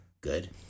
good